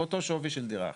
באותו שווי של דירה אחת.